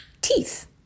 teeth